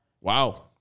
Wow